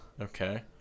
Okay